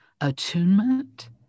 attunement